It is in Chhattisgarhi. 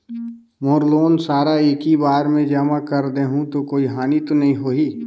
मोर लोन सारा एकी बार मे जमा कर देहु तो कोई हानि तो नी होही?